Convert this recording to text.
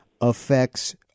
affects